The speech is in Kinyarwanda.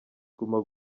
guma